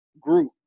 group